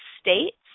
states